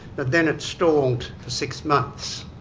but then it stalled for six months.